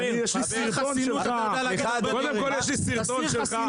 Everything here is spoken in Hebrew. יש לי סרטון שלך --- תסיר חסינות,